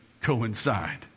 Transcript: coincide